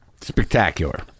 Spectacular